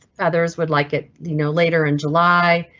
others would like it you know later in july.